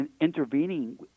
intervening